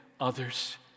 others